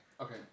okay